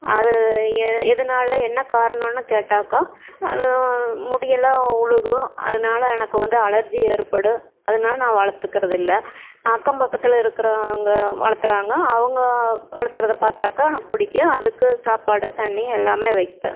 அது எ எதுனால் என்ன காரணம்னு கேட்டாக்கால் முடியெல்லாம் விலுகும் அதனால எனக்கு வந்து அலர்ஜி ஏற்படும் அதனால நான் வளர்த்துக்கிறது இல்லை அக்கம் பக்கத்தில் இருக்கிறவங்க வளர்த்துறாங்க அவங்க வளர்த்துறத பார்த்தாக்கா எனக்கு பிடிக்கும் அதுக்கு சாப்பாடு தண்ணி எல்லாமே வைப்பேன்